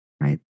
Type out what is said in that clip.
right